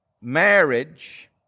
marriage